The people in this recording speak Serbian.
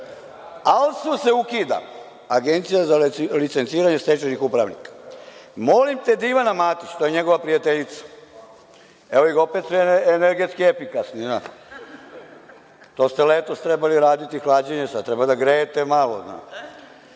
ALSU se ukida, Agencija za licenciranje stečajnih upravnika, molim te da Ivana Matić, to je njegova prijateljica, evo ih opet su energetski efikasni. To ste letos trebali raditi hlađenje, sad treba da grejete malo.